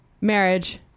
marriage